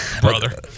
brother